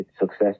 success